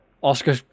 Oscar